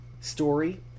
story